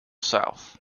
south